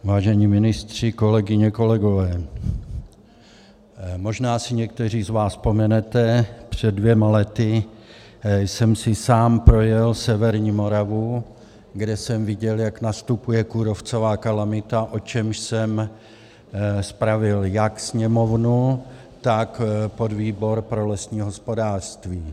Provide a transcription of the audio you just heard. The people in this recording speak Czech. Vážení ministři, kolegyně, kolegové, možná si někteří z vás vzpomenete, před dvěma lety jsem si sám projel severní Moravu, kde jsem viděl, jak nastupuje kůrovcová kalamita, o čemž jsem zpravil jak Sněmovnu, tak podvýbor pro lesní hospodářství.